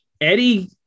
Eddie